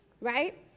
right